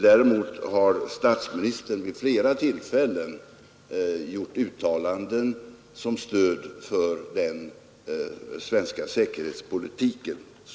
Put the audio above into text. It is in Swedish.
Däremot har som bekant statsministern och utrikesministern vid flera tillfällen gjort uttalanden till stöd för den svenska säkerhetspolitiken.